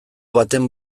baten